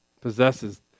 possesses